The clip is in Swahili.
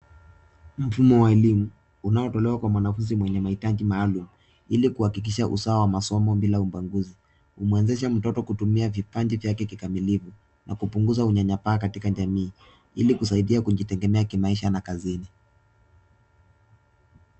Mfumo wa elimu unaotolewa kwa mwanafunzi mwenye mahitaji maalum ili kuhakikisha usawa wa masomo bila ubaguzi, humwezesha mtoto kutumia vipaji vyake kikamilifu na kupunguza unyanyapaa katika jamii ili kusaidia kujitegemea kimaisha na kazini.